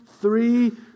three